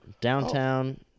Downtown